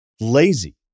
lazy